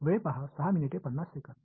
Grad